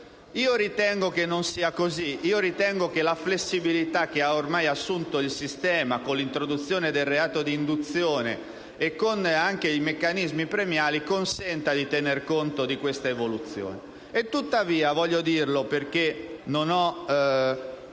Ritengo non sia così. Ritengo che la flessibilità che ormai ha assunto il sistema, con l'introduzione del reato di induzione e con i meccanismi premiali, consenta di tener conto di questa evoluzione. Tuttavia, voglio dirlo perché non vorrei